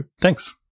Thanks